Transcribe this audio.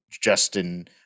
Justin